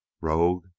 Rogue